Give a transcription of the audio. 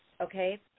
okay